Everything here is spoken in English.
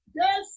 Yes